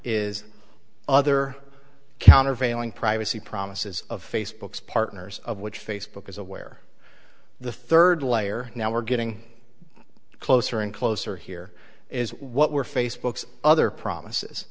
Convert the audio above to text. is other countervailing privacy promises of facebook's partners of which facebook is aware the third layer now we're getting closer and closer here is what were facebook's other promises